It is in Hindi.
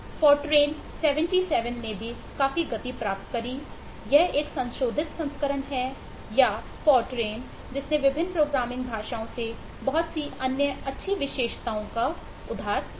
फोरट्रान 77 जिसने विभिन्न प्रोग्रामिंग भाषाओं से बहुत सी अन्य अच्छी विशेषताओं को उधार लिया